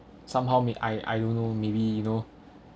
somehow may I I don't know maybe you know